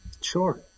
sure